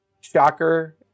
Shocker